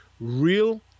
real